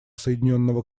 соединенного